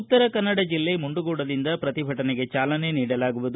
ಉತ್ತರ ಕನ್ನಡ ಜಿಲ್ಲೆ ಮುಂಡಗೋಡದಿಂದ ಪ್ರತಿಭಟನೆಗೆ ಚಾಲನೆ ನೀಡಲಾಗುವುದು